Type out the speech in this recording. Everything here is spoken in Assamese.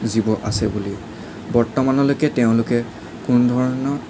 জীৱ আছে বুলি বৰ্তমানলৈকে তেওঁলোকে কোনোধৰণৰ